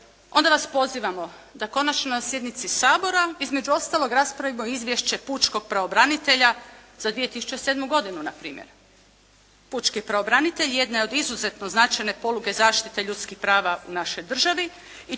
onda vas pozivamo da konačno na sjednici Sabora između ostalog raspravimo i Izvješće pučkog pravobranitelja za 2007. godinu na primjer. Pučki pravobranitelj jedna je od izuzetno značajne poluge zaštite ljudskih prava u našoj državi